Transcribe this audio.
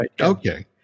Okay